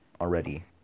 already